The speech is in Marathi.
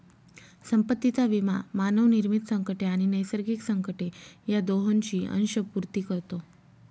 संपत्तीचा विमा मानवनिर्मित संकटे आणि नैसर्गिक संकटे या दोहोंची अंशपूर्ती करतो